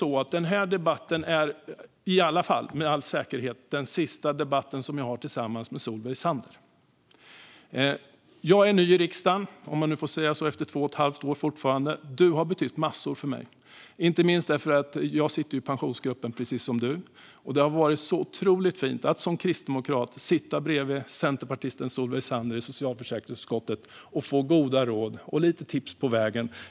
Men den här debatten är i alla fall med all säkerhet den sista jag har tillsammans med Solveig Zander. Jag är ny i riksdagen, om man fortfarande kan säga så efter två och ett halvt år. Du har betytt massor för mig, Solveig Zander, inte minst därför att jag, precis som du, sitter i Pensionsgruppen. Det har varit så otroligt fint att som kristdemokrat sitta bredvid centerpartisten Solveig Zander i socialförsäkringsutskottet och få goda råd och lite tips på vägen.